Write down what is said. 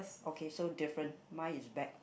okay so different mine is bag